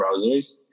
browsers